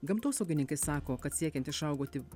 gamtosaugininkai sako kad siekiant išaugoti